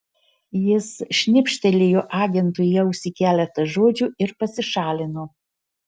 jis šnibžtelėjo agentui į ausį keletą žodžių ir pasišalino